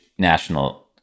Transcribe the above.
National